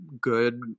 good